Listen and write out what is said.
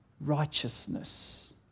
righteousness